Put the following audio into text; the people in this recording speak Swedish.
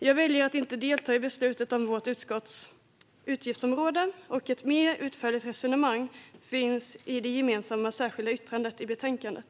Jag väljer att inte delta i beslutet om vårt utskotts utgiftsområde, och ett mer utförligt resonemang om detta finns i det gemensamma särskilda yttrandet i betänkandet.